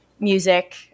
music